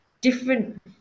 different